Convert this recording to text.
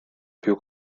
più